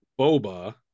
Boba